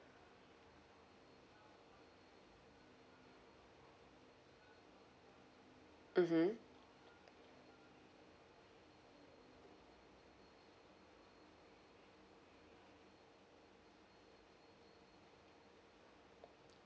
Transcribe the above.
mmhmm